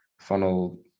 funnel